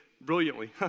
brilliantly